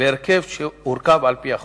בהרכב שהורכב על-פי החוק.